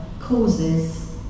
causes